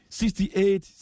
sixty-eight